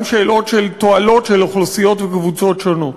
גם שאלות של תועלות של אוכלוסיות וקבוצות שונות.